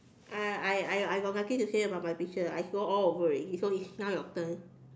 I I I I got nothing to say about my picture I say all over already so it's now your turn